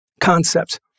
concepts